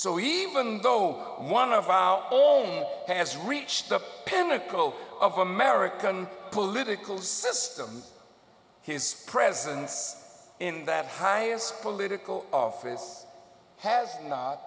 so even though one of our all has reached the pinnacle of american political systems his presence in that highest political office has